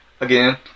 again